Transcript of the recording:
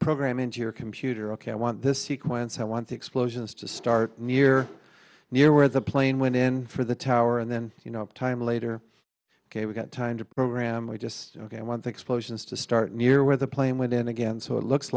program into your computer ok i want this sequence i want the explosions to start near near where the plane went in for the tower and then you know time later ok we've got time to program we just want the explosions to start near where the plane went in again so it looks